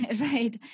Right